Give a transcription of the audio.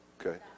Okay